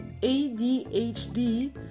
ADHD